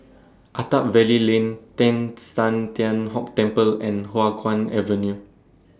Attap Valley Lane Teng San Tian Hock Temple and Hua Guan Avenue